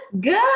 Good